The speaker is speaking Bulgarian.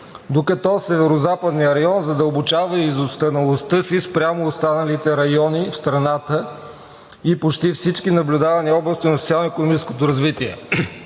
докато Северозападният район задълбочава изостаналостта си, спрямо останалите райони в страната и почти всички наблюдавани области на социално-икономическото развитие.